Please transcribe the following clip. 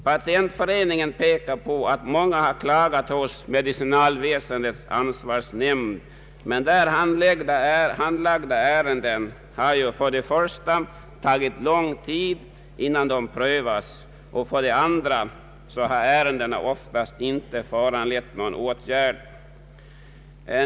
Patientföreningen pekar på att många har klagat hos medicinalväsendets ansvarsnämnd, men där handlagda ärenden har för det första tagit lång tid innan de prövats, och för det andra har ärendena oftast inte föranlett någon åtgärd.